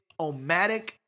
Omatic